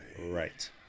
Right